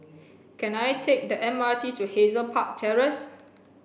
can I take the M R T to Hazel Park Terrace